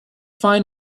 find